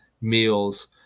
meals